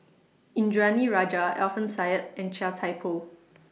Indranee Rajah Alfian Sa'at and Chia Thye Poh